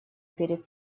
перед